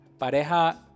Pareja